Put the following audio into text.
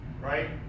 right